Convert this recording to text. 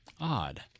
Odd